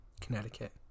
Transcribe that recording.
Connecticut